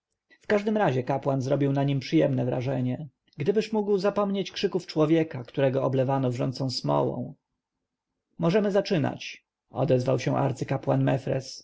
w każdym razie kapłan zrobił na nim przyjemne wrażenie gdybyż mógł zapomnieć krzyków człowieka którego oblewano wrzącą smołą możemy zaczynać odezwał się arcykapłan